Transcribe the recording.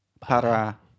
para